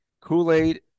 Kool-Aid